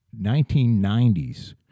1990s